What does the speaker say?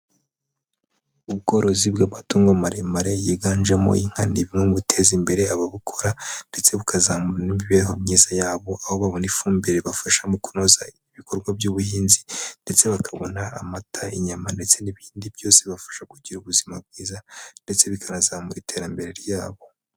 Ubworozi bw'amatungo maremare yiganjemo inka, ni bumwe mubiteza imbere ababukora, ndetse bukazamura imibereho myiza yabo, aho babona ifumbire ibafasha mu kunoza ibikorwa by'ubuhinzi, ndetse bakabona amata, inyama, ndetse n'ibindi byose bibafasha kugira ubuzima bwiza, ndetse bikanazamura iterambere ryabo.